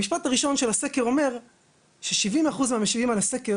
המשפט הראשון של הסקר אומר ש-70% מהמשיבים על הסקר